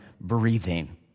breathing